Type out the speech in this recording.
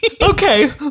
Okay